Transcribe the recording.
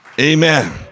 Amen